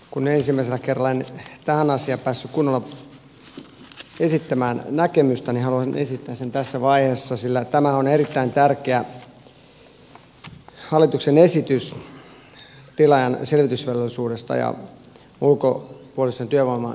kun ensimmäisellä kerralla en tähän asiaan päässyt kunnolla esittämään näkemystäni haluan esittää sen tässä vaiheessa sillä tämä on erittäin tärkeä hallituksen esitys tilaajan selvitysvelvollisuudesta ja ulkopuolisen työvoiman käyttämisestä